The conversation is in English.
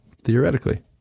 theoretically